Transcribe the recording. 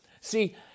See